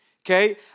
okay